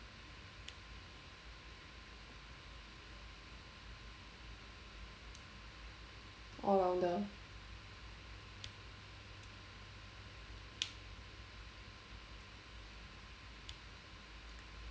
all-rounder